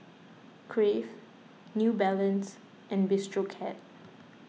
Crave New Balance and Bistro Cat